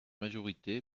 majorité